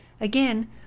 Again